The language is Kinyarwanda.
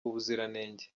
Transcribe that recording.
ubuziranenge